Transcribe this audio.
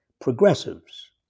progressives